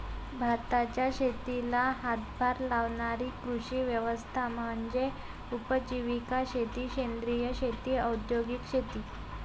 भारताच्या शेतीला हातभार लावणारी कृषी व्यवस्था म्हणजे उपजीविका शेती सेंद्रिय शेती औद्योगिक शेती